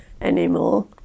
anymore